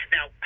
Now